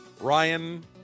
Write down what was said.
Ryan